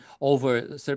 over